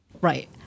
right